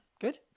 Good